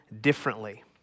differently